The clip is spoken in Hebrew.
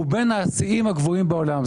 הוא בין הגבוהים בעולם.